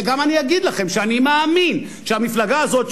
ואני אגיד לכם שאני מאמין שהמפלגה הזאת,